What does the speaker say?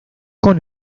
con